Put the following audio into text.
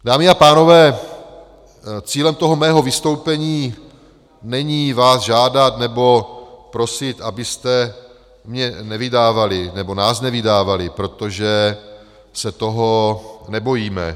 Dámy a pánové, cílem mého vystoupení není vás žádat nebo prosit, abyste mě nevydávali, nebo nás nevydávali, protože se toho nebojíme.